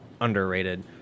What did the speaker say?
underrated